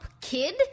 Kid